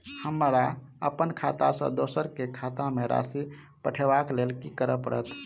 हमरा अप्पन खाता सँ दोसर केँ खाता मे राशि पठेवाक लेल की करऽ पड़त?